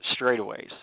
straightaways